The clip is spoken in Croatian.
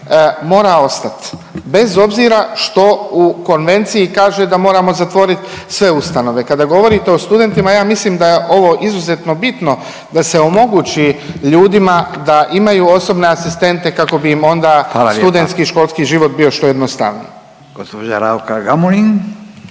mora ostat bez obzira što u Konvenciji kaže da moramo zatvorit sve ustanove. Kada govorite o studentima ja mislim da je ovo izuzetno bitno da se omogući ljudima da imaju osobne asistente kako bi im onda…/Upadica Radin: Hvala lijepa/…studentski i školski život bio što jednostavniji. **Radin,